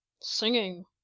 singing